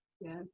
yes